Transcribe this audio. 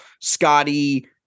Scotty